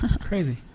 Crazy